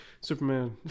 Superman